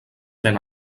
ven